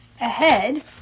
Ahead